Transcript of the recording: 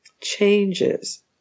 changes